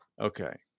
Okay